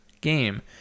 game